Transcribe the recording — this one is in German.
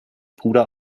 puder